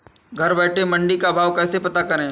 घर बैठे मंडी का भाव कैसे पता करें?